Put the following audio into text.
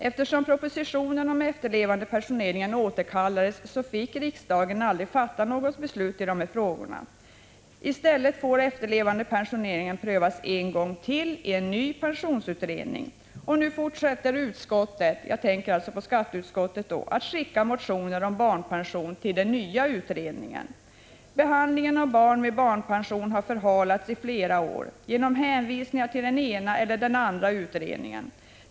Eftersom propositionen om efterlevandepensioneringen återkallades fick riksdagen aldrig fatta något beslut i dessa frågor. I stället får efterlevandepensioneringen prövas en gång till i en ny pensionsutredning. Och nu fortsätter skatteutskottet att skicka motioner om barnpension till denna nya utredning. Behandlingen av barn med barnpension har förhalats i flera år genom hänvisningar till den ena eller andra utredningen.